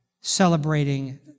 celebrating